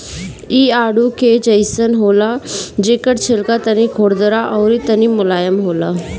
इ आडू के जइसन होला जेकर छिलका तनी खुरदुरा अउरी तनी मुलायम होला